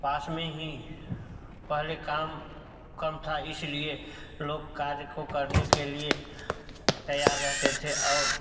पास में हीं पहले काम कम था इसलिए लोग कार्य को करने के लिए तैयार रहते थे और